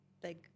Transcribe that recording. big